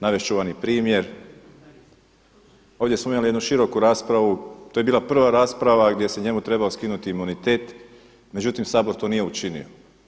Navest ću vam i primjer, ovdje smo imali jednu široku raspravu, to je bila prva rasprava gdje se njemu trebao skinuti imunitet, međutim Sabor to nije učinio.